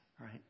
right